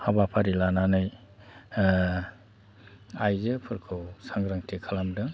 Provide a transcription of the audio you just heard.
हाबाफारि लानानै आइजोफोरखौ सांग्रांथि खालामदों